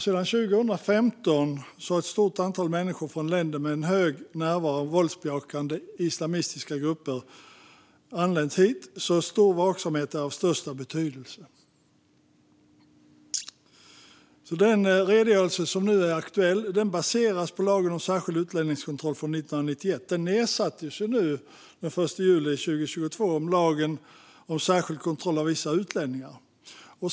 Sedan 2015 har ett stort antal människor från länder med en hög närvaro av våldsbejakande islamistiska grupper anlänt hit, och stor vaksamhet är därför av största betydelse. Den redogörelse som nu är aktuell baseras på lagen om särskild utlänningskontroll från 1991. Den ersattes den 1 juli 2022 av lagen om särskild kontroll av vissa utlänningar.